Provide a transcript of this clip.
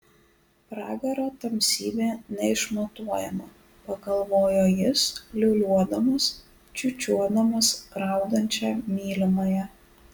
pragaro tamsybė neišmatuojama pagalvojo jis liūliuodamas čiūčiuodamas raudančią mylimąją